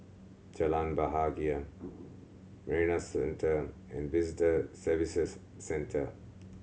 Jalan Bahagia Marina Centre and Visitor Services Centre